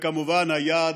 וכמובן היעד,